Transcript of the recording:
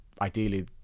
ideally